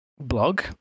blog